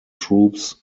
troops